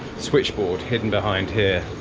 switchboard hidden behind here